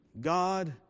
God